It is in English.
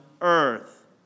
earth